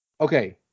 Okay